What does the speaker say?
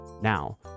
Now